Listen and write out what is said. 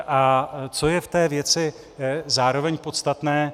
A co je v té věci zároveň podstatné?